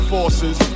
Forces